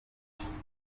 yiyemeza